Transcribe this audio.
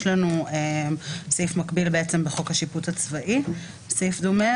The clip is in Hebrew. לנו סעיף מקביל ודומה בחוק השיפוט הצבאי; סעיף 11